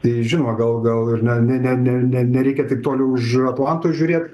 tai žinoma gal gal ir ne ne ne ne ne nereikia taip toli už atlanto žiūrėt